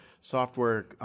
software